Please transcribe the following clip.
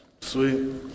Sweet